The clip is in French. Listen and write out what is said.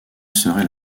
serait